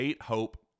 Hope